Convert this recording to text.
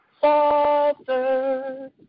Father